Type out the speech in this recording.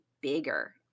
bigger